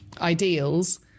ideals